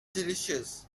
delicious